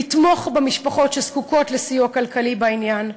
לתמוך במשפחות שזקוקות לסיוע כלכלי בעניין,